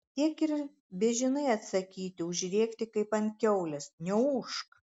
tiek ir bežinai atsakyti užrėkti kaip ant kiaulės neūžk